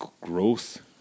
growth